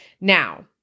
Now